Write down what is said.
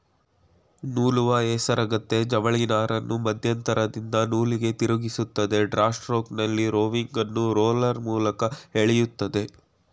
ನೂಲುವ ಹೇಸರಗತ್ತೆ ಜವಳಿನಾರನ್ನು ಮಧ್ಯಂತರದಿಂದ ನೂಲಿಗೆ ತಿರುಗಿಸ್ತದೆ ಡ್ರಾ ಸ್ಟ್ರೋಕ್ನಲ್ಲಿ ರೋವಿಂಗನ್ನು ರೋಲರ್ ಮೂಲಕ ಎಳಿತದೆ